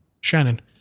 Shannon